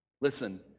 Listen